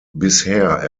bisher